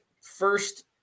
First